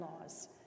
laws